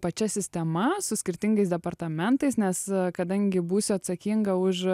pačia sistema su skirtingais departamentais nes kadangi būsiu atsakinga už